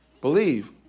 Believe